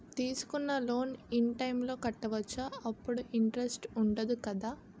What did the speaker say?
తీసుకున్న loan in time లో కట్టవచ్చ? అప్పుడు ఇంటరెస్ట్ వుందదు కదా?